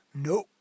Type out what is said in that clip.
Nope